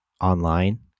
online